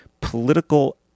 political